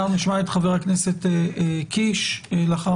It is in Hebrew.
אנחנו נשמע את חבר הכנסת קיש ונבקש לאחר